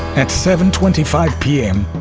at seven twenty five pm,